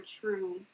true